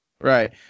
Right